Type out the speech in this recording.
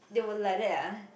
they were like that ah